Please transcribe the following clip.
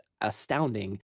astounding